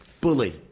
bully